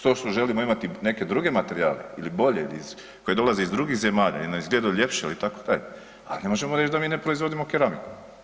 To što želimo imati neke druge materijale ili bolje koje dolaze iz drugih zemalja jer nam izgledaju ljepše itd., ali ne možemo reći da mi ne proizvodimo keramiku.